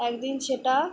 একদিন সেটা